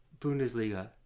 Bundesliga